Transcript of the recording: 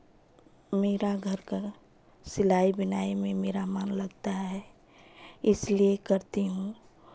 मेरा घर का सिलाई बुनाई में मेरा मन लगता है इसलिए करती हूँ